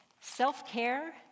Self-care